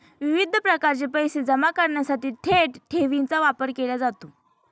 विविध प्रकारचे पैसे जमा करण्यासाठी थेट ठेवीचा वापर केला जातो